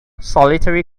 solitary